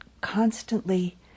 constantly